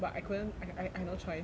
but I couldn't I I I no choice